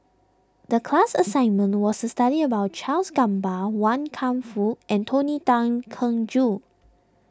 the class assignment was to study about Charles Gamba Wan Kam Fook and Tony Tan Keng Joo